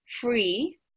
free